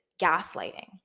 gaslighting